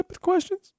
Questions